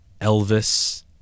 Elvis